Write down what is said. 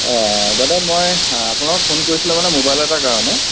অঁ দাদা মই আপোনালোকক ফোন কৰিছিলোঁ মানে মোবাইল এটাৰ কাৰণে